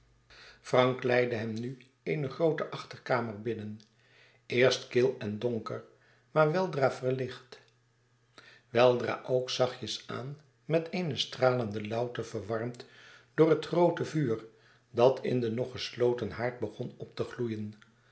frank leidde hem nu eene groote achterkamer binnen eerst kil en donker maar weldra verlicht weldra ook zachtjes-aan met eene stralende lauwte verwarmd door het groote vuur dat in den nog gesloten haard begon op te gloeien